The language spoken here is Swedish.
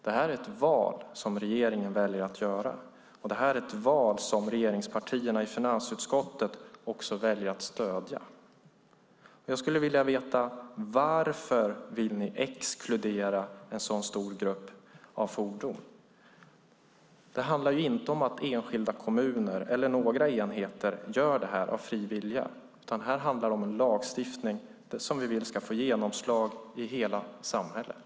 Det här är ett val, något som regeringen väljer att göra, och något som regeringspartierna i finansutskottet väljer att stödja. Jag skulle vilja veta varför ni vill exkludera en så stor grupp av fordon. Det handlar inte om att enskilda kommuner eller några enheter gör detta av fri vilja, utan här handlar det om en lagstiftning som vi vill ska få genomslag i hela samhället.